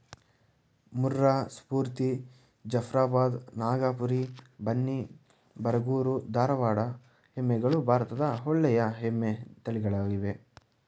ಮುರ್ರಾ, ಸ್ಪೂರ್ತಿ, ಜಫ್ರಾಬಾದ್, ನಾಗಪುರಿ, ಬನ್ನಿ, ಬರಗೂರು, ಧಾರವಾಡ ಎಮ್ಮೆಗಳು ಭಾರತದ ಒಳ್ಳೆಯ ಎಮ್ಮೆ ತಳಿಗಳಾಗಿವೆ